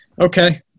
Okay